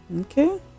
Okay